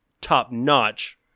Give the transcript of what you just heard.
top-notch